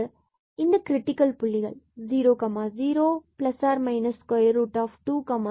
எனவே இந்த கிரிட்டிக்கல் புள்ளிகள் ஆனது 00200±2 என கிடைக்கிறது